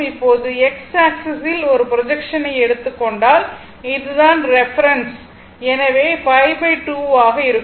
இப்போது x ஆக்ஸிஸில் ஒரு ப்ரொஜெக்ஷனை எடுத்துக் கொண்டால் இது தான் ரெபெரென்ஸ் எனவே 52 ஆக இருக்கும்